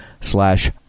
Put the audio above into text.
slash